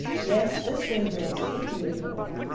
yes, this one drinks plenty of milk,